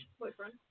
Boyfriend